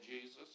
Jesus